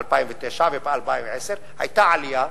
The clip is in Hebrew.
2009, וב-2010 היתה עלייה,